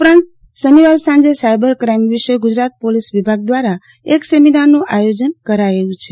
ઉપરાંત શનિવારે સાંજે સાયબર ક્રાઇમ વિશે ગુજરાત પોલીસ વિભાગ દ્વારા એક સેમિનારનું આયોજન કરાયું છે